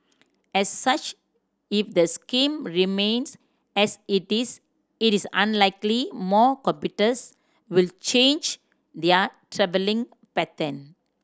as such if the scheme remains as it is it is unlikely more computers will change their travelling pattern